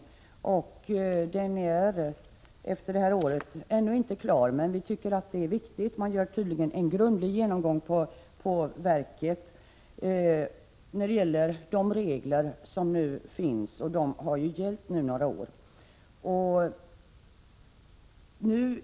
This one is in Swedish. Den är nu efter ett år ännu inte klar, men vi tycker att den är viktig. Man gör tydligen en grundlig genomgång på verket av de regler som nu gäller och som gällt några år.